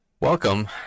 Welcome